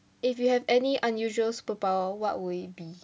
if you have any unusual superpower what would it be